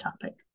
topic